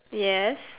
yes